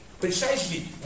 Precisely